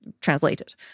translated